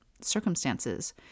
circumstances